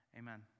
amen